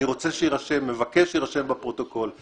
אני רוצה שיירשם, מבקש שיירשם בפרוטוקול.